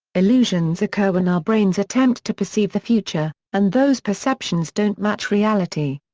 illusions occur when our brains attempt to perceive the future, and those perceptions don't match reality.